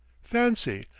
fancy,